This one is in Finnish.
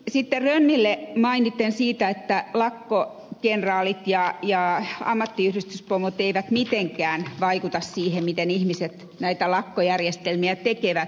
rönnille mainitsen siitä että lakkokenraalit ja ammattiyhdistyspomot eivät mitenkään vaikuta siihen miten ihmiset näitä lakkojärjestelmiä tekevät